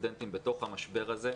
כסטודנטים בתוך המשבר הזה.